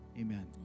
Amen